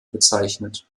bezeichnet